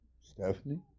Stephanie